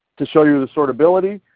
to show you the sort ability.